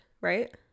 right